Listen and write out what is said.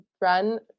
run